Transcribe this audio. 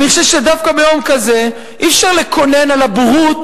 אני חושב שדווקא ביום כזה אי-אפשר לקונן על הבורות